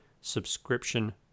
subscription